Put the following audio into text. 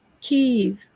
Kiev